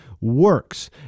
works